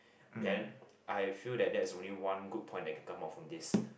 then I feel that that's only one good point that can come out from this